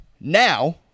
Now